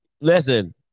Listen